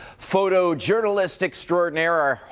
photojournalist extraordinaire.